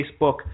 Facebook